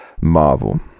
Marvel